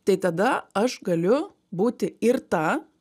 tai tada aš galiu būti ir ta